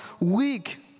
weak